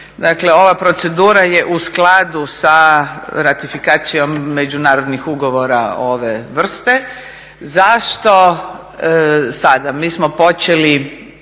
Dakle, ova procedura je u skladu sa ratifikacijom međunarodnih ugovora ove vrste. Zašto sada? Mi smo počeli